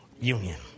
union